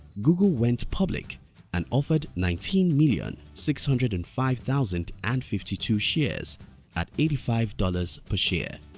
google went public and offered nineteen million six hundred and five thousand and fifty two shares at eighty five dollars per share.